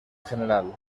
general